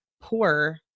poor